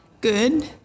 good